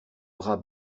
bras